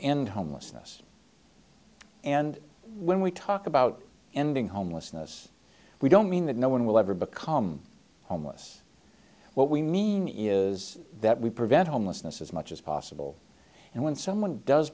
end homelessness and when we talk about ending homelessness we don't mean that no one will ever become homeless what we mean is that we prevent homelessness as much as possible and when someone does